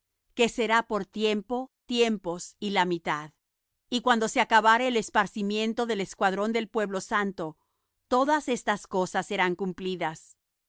que será por tiempo tiempos y la mitad y cuando se acabare el esparcimiento del escuadrón del pueblo santo todas estas cosas serán cumplidas